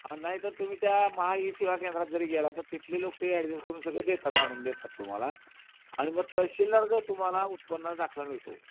आणि नाहीतर तुम्ही त्या महा ई सेवा केंद्रात जरी गेला तर तिथले लोक ते ॲडजस्ट करून सगळं देतात आणून देतात तुम्हाला आणि मग तहसिलदाराचा तुम्हाला उत्पन्न दाखला मिळतो